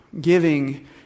giving